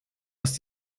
was